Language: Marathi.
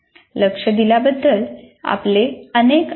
लक्ष दिल्याबद्दल आपले अनेक आभार